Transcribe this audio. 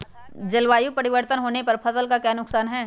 जलवायु परिवर्तन होने पर फसल का क्या नुकसान है?